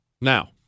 Now